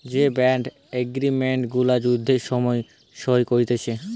যে bond agreement গুলা যুদ্ধের সময় সই করতিছে